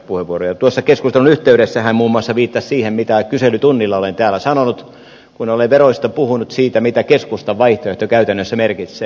tuossa keskustelun yhteydessä hän muun muassa viittasi siihen mitä kyselytunnilla olen täällä sanonut kun olen veroista puhunut siitä mitä keskustan vaihtoehto käytännössä merkitsee